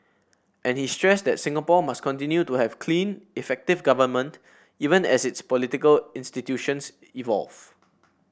and he stressed that Singapore must continue to have clean effective government even as its political institutions evolve